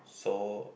so